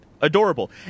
adorable